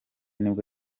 nibwo